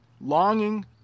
longing